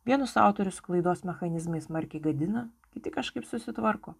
vienus autorius sklaidos mechanizmai smarkiai gadina kiti kažkaip susitvarko